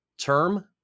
term